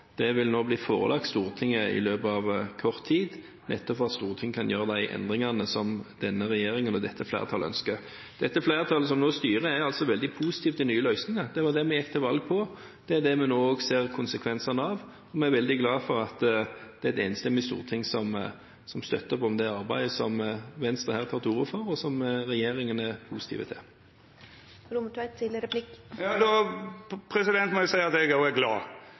Den vil nå bli forelagt Stortinget i løpet av kort tid, nettopp for at Stortinget kan gjøre de endringene som denne regjeringen og dette flertallet ønsker. Det flertallet som nå styrer, er veldig positiv til nye løsninger – det var det vi gikk til valg på. Det er det vi nå ser konsekvensene av. Vi er veldig glad for at et enstemmig storting støtter opp om det arbeidet som Venstre her tar til orde for, og som regjeringen er positiv til. Då må eg seia at eg er glad.